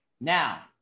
Now